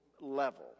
level